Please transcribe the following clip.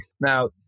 Now